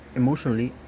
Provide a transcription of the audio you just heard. emotionally